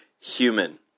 human